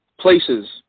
places